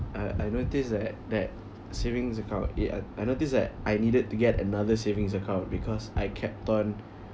I I noticed that that savings account eh I I noticed that I needed to get another savings account because I kept on